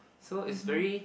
so it's very